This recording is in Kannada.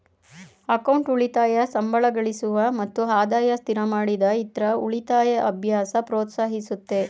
ಅಕೌಂಟ್ ಉಳಿತಾಯ ಸಂಬಳಗಳಿಸುವ ಮತ್ತು ಆದಾಯ ಸ್ಥಿರಮಾಡಿದ ಇತ್ರ ಉಳಿತಾಯ ಅಭ್ಯಾಸ ಪ್ರೋತ್ಸಾಹಿಸುತ್ತೆ